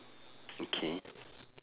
okay